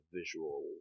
visual